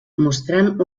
mostrant